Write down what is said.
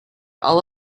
all